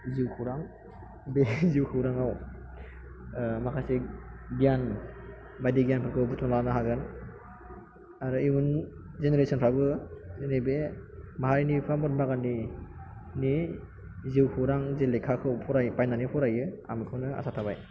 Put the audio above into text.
जिउखौरां बे जिउखौरांआव माखासे गियान बायदि गियानफोरखौ बुथुमना लानो हागोन आरो इयुन जेनेरेसन फोराबो जोंनि बे माहारिनि बिफा महात्मा गान्धिनि जिउखौरां जे लेखाखौ फरायो बायनानै फरायो आं बेखौनो आसा थाबाय